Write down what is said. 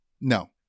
No